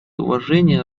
уважения